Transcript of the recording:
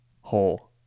hole